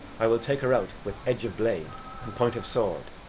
i will take her out with edge of blade and point of sword,